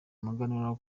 umuganura